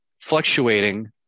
fluctuating